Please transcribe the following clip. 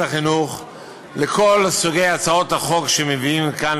החינוך על כל סוגי הצעות החוק שמביאים לכאן,